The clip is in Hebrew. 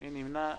מי נמנע?